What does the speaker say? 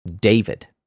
David